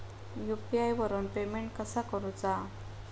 UPI वरून payment कसा करूचा?